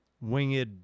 winged